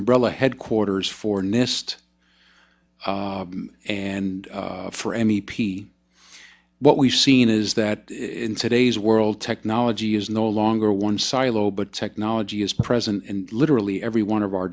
umbrella headquarters for nist and for m e p what we've seen is that in today's world technology is no longer one silo but technology is present in literally every one of our